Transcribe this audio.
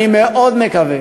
אני מאוד מקווה